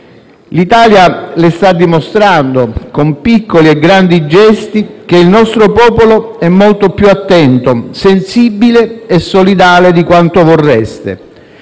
L'Italia le sta dimostrando con piccoli e grandi gesti che il nostro popolo è molto più attento, sensibile e solidale di quanto vorreste.